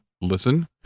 listen